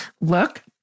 look